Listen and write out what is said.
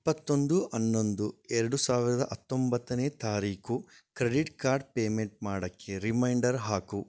ಇಪ್ಪತ್ತೊಂದು ಹನ್ನೊಂದು ಎರಡು ಸಾವಿರದ ಹತ್ತೊಂಬತ್ತನೇ ತಾರೀಕು ಕ್ರೆಡಿಟ್ ಕಾರ್ಡ್ ಪೇಮೆಂಟ್ ಮಾಡಕ್ಕೆ ರಿಮೈಂಡರ್ ಹಾಕು